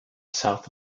south